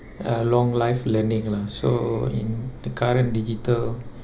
uh long life learning lah so in the current digital